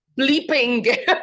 bleeping